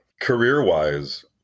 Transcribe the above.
Career-wise